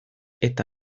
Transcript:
eta